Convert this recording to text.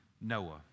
Noah